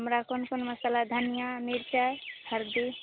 हमरा क़ोन क़ोन मसल्ला धनिया मिरचाइ हल्दी